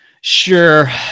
sure